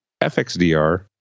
FXDR